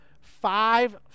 five